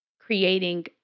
creating